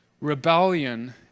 rebellion